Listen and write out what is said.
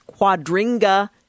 Quadringa